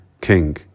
King